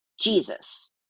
Jesus